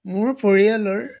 মোৰ পৰিয়ালৰ